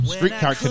Streetcar